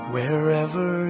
Wherever